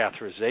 catheterization